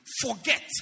forget